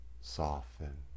soften